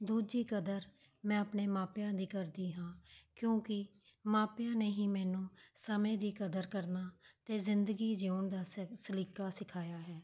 ਦੂਜੀ ਕਦਰ ਮੈਂ ਆਪਣੇ ਮਾਪਿਆਂ ਦੀ ਕਰਦੀ ਹਾਂ ਕਿਉਂਕਿ ਮਾਪਿਆਂ ਨੇ ਹੀ ਮੈਨੂੰ ਸਮੇਂ ਦੀ ਕਦਰ ਕਰਨਾ ਅਤੇ ਜ਼ਿੰਦਗੀ ਜਿਉਣ ਦਾ ਸਲ ਸਲੀਕਾ ਸਿਖਾਇਆ ਹੈ